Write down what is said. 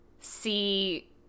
see